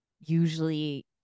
usually